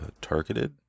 Targeted